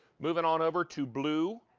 moving on over to blue,